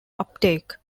uptake